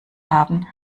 haben